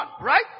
right